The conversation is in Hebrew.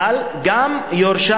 אבל גם יורשה,